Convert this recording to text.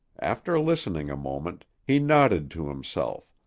after listening a moment, he nodded to himself,